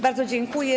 Bardzo dziękuję.